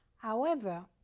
however,